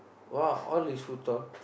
!wah! all is food stall